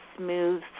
smooth